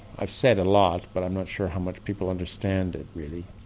i've said a lot, but i'm not sure how much people understand it really,